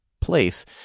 place